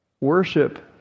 worship